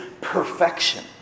perfection